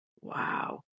Wow